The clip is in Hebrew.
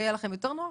זה יהיה לכם יותר נוח.